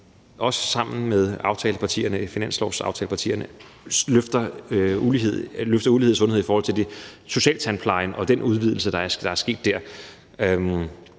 vi sammen med finanslovsaftalepartierne løfter det i forhold til uligheden i sundhed i forhold til socialtandplejen og den udvidelse, der er sket der.